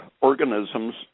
organisms